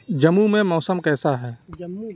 جموں میں موسم کیسا ہے جموں میں